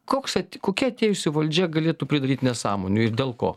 koks at kokia atėjusi valdžia galėtų pridaryt nesąmonių ir dėl ko